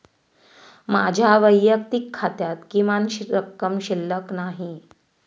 माझ्या वैयक्तिक खात्यात किमान रक्कम शिल्लक नाही